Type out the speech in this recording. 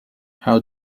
how